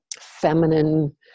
feminine